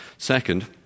Second